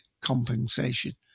compensation